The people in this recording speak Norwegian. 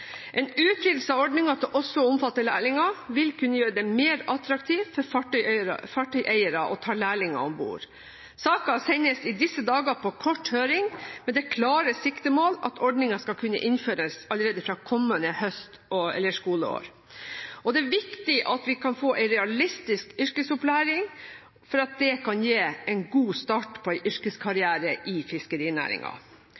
En utvidelse av ordningen til også å omfatte lærlinger, vil kunne gjøre det mer attraktivt for fartøyeiere å ta lærlinger om bord. Saken sendes i disse dager på kort høring, med det klare siktemål at ordningen skal kunne innføres allerede fra kommende skoleår. Det er viktig at vi kan få en realistisk yrkesopplæring, for det kan gi en god start på